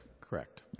correct